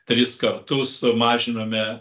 tris kartus mažinome